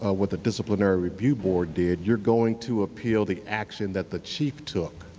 ah what the disciplinary review board did. you're going to appeal the action that the chief took.